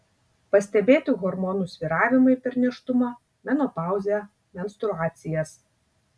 pastebėti hormonų svyravimai per nėštumą menopauzę menstruacijas